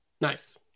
Nice